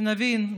שנבין,